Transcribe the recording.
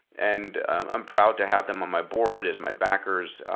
and i'm proud to have them on my board as my backers.